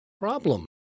problem